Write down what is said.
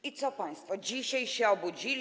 I co, państwo dzisiaj się obudzili?